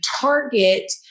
target